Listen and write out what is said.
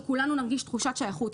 שכולנו נרגיש תחושת שייכות.